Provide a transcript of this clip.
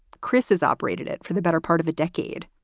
chris has operated it for the better part of a decade.